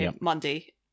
Monday